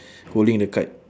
holding the kite